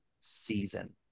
season